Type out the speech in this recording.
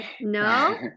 no